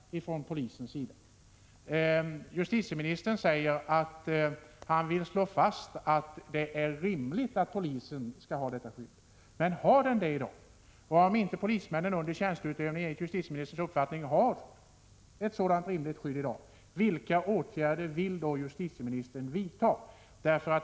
Justitieministern säger att han vill slå fast att det är rimligt att polisen skall ha detta skydd. Men har polisen det i dag? Och om inte polismännen under tjänsteutövning enligt justitieministerns uppfattning har ett sådant rimligt skydd i dag, vilka åtgärder vill då justitieministern vidta?